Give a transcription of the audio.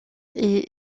est